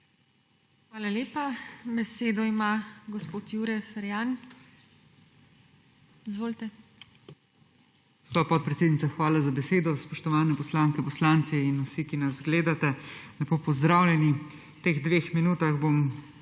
Hvala lepa. Besedo ima gospod Jure Ferjan. Izvolite. **JURE FERJAN (PS SDS):** Gospa podpredsednica, hvala za besedo. Spoštovane poslanke, poslanci in vsi, ki nas gledate, lepo pozdravljeni! V teh dveh minutah bom